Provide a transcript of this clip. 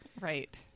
right